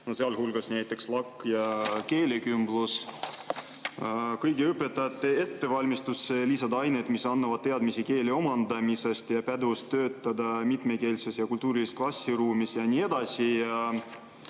sealhulgas näiteks LAK ja keelekümblus. Kõigi õpetajate ettevalmistusse lisada ained, mis annavad teadmisi keele omandamisest, pädevus töötada mitmekeelses ja -kultuurilises klassiruumis ja nii edasi.